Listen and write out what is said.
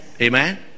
Amen